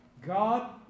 God